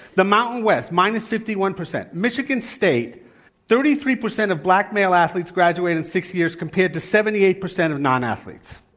the mountain west, minus fifty one percent. michigan state thirty three percent of black male athletes graduate in six years compared to seventy eight percent of non-athletes.